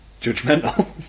Judgmental